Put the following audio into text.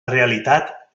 realitat